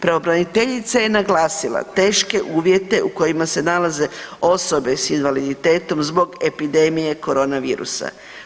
Pravobraniteljica je naglasila teške uvjete u kojima se nalaze osobe s invaliditetom zbog epidemije korona virusa.